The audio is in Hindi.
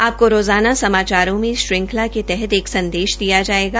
आपकों रोज़ाना समाचारों में इस श्रंखला के तहत एक सदेश दिया जायेगा